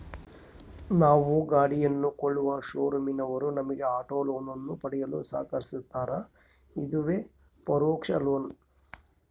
ನಾವು ಗಾಡಿಯನ್ನು ಕೊಳ್ಳುವ ಶೋರೂಮಿನವರು ನಮಗೆ ಆಟೋ ಲೋನನ್ನು ಪಡೆಯಲು ಸಹಕರಿಸ್ತಾರ, ಇದುವೇ ಪರೋಕ್ಷ ಲೋನ್